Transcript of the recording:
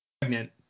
Pregnant